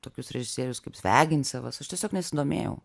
tokius režisierius kaip zviagincevas aš tiesiog nesidomėjau